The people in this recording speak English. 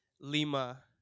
lima